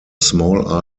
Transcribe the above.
small